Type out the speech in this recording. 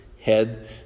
head